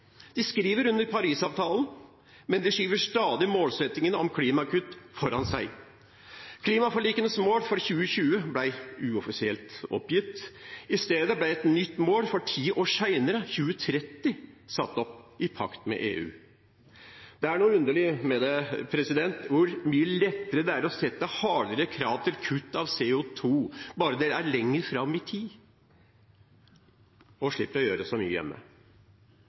De skriver under Paris-avtalen, men de skyver stadig målsettingene om klimakutt foran seg. Klimaforlikenes mål for 2020 ble uoffisielt oppgitt. I stedet ble et nytt mål for ti år senere, 2030, satt opp, i pakt med EU. Det er noe underlig med det – hvor mye lettere det er å sette hardere krav til kutt av CO 2 , bare det er lenger fram i tid og en slipper å gjøre så mye hjemme.